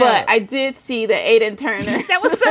i did see the eight internet that was so